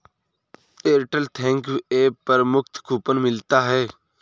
Airtel thanks app पर मुफ्त coupon मिलता है